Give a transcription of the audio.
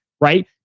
right